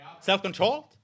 Self-controlled